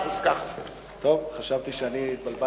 טוב, חשבתי שאני התבלבלתי.